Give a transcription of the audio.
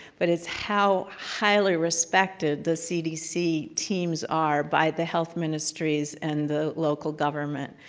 but it's how, highly respected the cdc teams are by the health ministries and the local government,